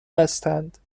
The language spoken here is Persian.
بستند